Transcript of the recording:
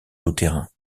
souterrains